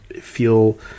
feel